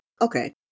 okay